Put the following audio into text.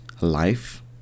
life